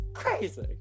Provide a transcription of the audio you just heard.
Crazy